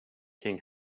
king